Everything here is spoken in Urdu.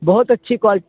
بہت اچھی کوالٹی